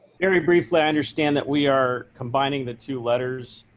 very briefly, i understand that we are combining the two letters.